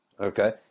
Okay